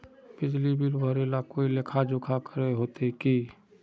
बिजली बिल भरे ले कोई लेखा जोखा करे होते की?